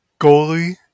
Goalie